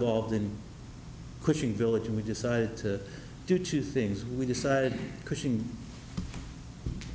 involved in pushing villages decided to do two things we decided cushing